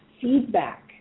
feedback